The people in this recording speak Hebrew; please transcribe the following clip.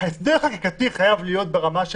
ההסדר החקיקתי חייב להיות ברמה של